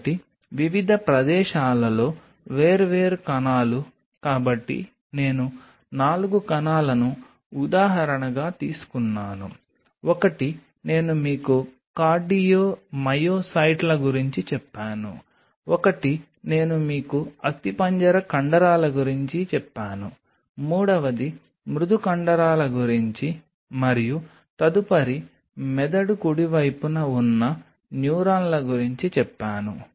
కాబట్టి వివిధ ప్రదేశాలలో వేర్వేరు కణాలు కాబట్టి నేను 4 కణాలను ఉదాహరణగా తీసుకున్నాను 1 నేను మీకు కార్డియో మయోసైట్ల గురించి చెప్పాను ఒకటి నేను మీకు అస్థిపంజర కండరాల గురించి చెప్పాను మూడవది మృదు కండరాల గురించి మరియు తదుపరి మెదడు కుడివైపున ఉన్న న్యూరాన్ల గురించి చెప్పాను